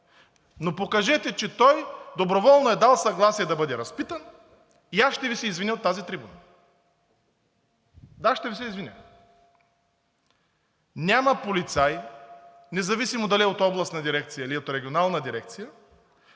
Но покажете, че той доброволно е дал съгласие да бъде разпитан и аз ще Ви се извиня от тази трибуна. Да, ще Ви се извиня. Няма полицай, независимо дали е от областна дирекция, или е от регионална дирекция,